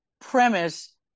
premise